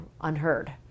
unheard